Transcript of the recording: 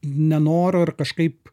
nenoriu ar kažkaip